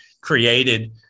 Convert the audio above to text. created